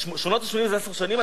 שנות ה-80 זה עשר שנים?